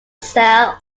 sell